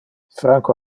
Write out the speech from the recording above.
franco